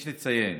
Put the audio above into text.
יש לציין